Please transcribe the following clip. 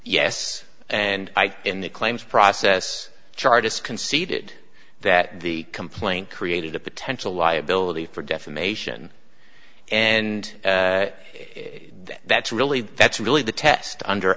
yes and in the claims process chartists conceded that the complaint created a potential liability for defamation and that's really that's really the test under